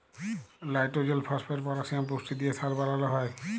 লাইট্রজেল, phosphate, potassium পুষ্টি দিঁয়ে সার বালাল হ্যয়